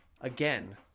again